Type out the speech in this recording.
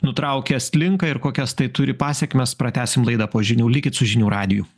nutraukė estlinką ir kokias tai turi pasekmes pratęsim laidą po žinių likit su žinių radiju